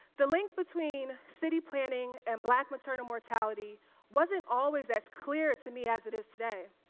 the link between city planning and black maternal mortality wasn't always as clear to me as it is today.